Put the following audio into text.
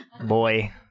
boy